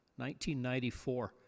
1994